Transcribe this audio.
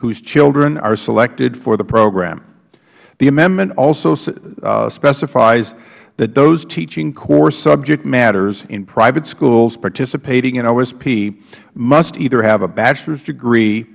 whose children are selected for the program the amendment also specifies that those teaching core subject matters in private schools participating in osp must either have a bachelor's degree